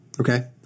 Okay